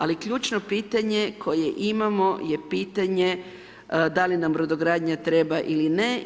Ali ključno pitanje koje imamo je pitanje da li nam brodogradnja treba ili ne.